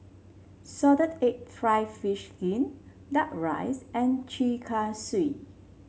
Salted Egg fried fish skin duck rice and Chi Kak Kuih